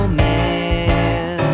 man